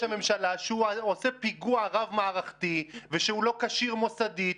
הממשלה שהוא עושה פיגוע רב-מערכתי ושהוא לא כשיר מוסדית,